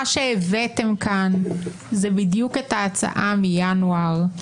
מה שהבאתם לכאן זה בדיוק את ההצעה מינואר.